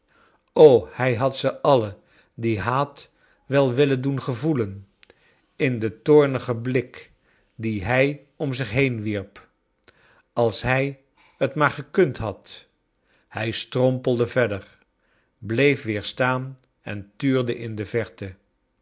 o hij had ze alle dien haat wel willen doen gevoelen in den toornigen blik dien hij om zich heen wierp als hij t maar gekund had i hij strompelde verder bleef weer staan en tuurde in de verte